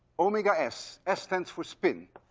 omega s. s stands for spin.